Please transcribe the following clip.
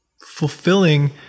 fulfilling